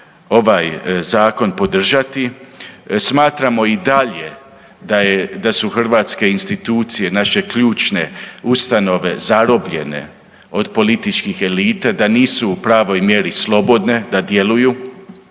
ovaj zakon podržati. Smatramo i dalje da je, da su hrvatske institucije naše ključne ustanove, zarobljene od političkih elita, da nisu u pravoj mjeri slobodne da djeluju.